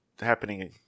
happening